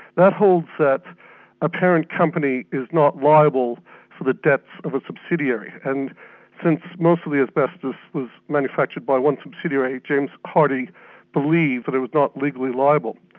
that holds that a parent company is not liable for the debts of a subsidiary, and since most of the asbestos was manufactured by one subsidiary, james hardie believed that but it was not legally liable.